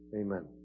Amen